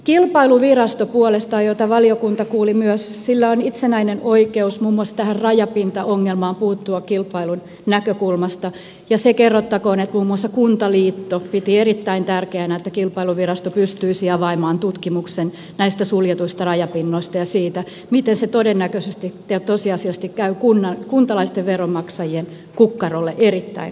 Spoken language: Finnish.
puolestaan kilpailuvirastolla jota valiokunta kuuli myös on itsenäinen oikeus muun muassa puuttua rajapintaongelmaan kilpailun näkökulmasta ja se kerrottakoon että muun muassa kuntaliitto piti erittäin tärkeänä että kilpailuvirasto pystyisi avaamaan tutkimuksen näistä suljetuista rajapinnoista ja siitä miten se todennäköisesti ja tosiasiallisesti käy kuntalaisten veronmaksajien kukkarolle erittäin kovalla tavalla